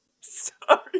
Sorry